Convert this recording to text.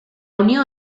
unió